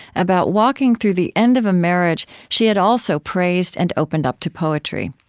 about walking through the end of a marriage she had also praised and opened up to poetry.